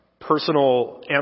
personal